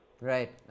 Right